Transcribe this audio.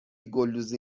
گلدوزی